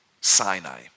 Sinai